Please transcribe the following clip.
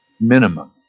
Minimum